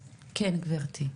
כן, גברתי.